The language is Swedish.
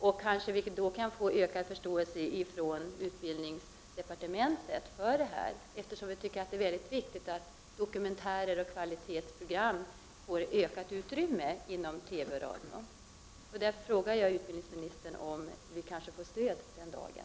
Vi kanske då kan få ökad förståelse från utbildningsdepartementet för det — vi tycker att det är viktigt att dokumentärer och kvalitetsprogram får ökat utrymme inom radio och TV. Därför frågar jag utbildningsministern om vi får hans stöd den dagen.